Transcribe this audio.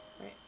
right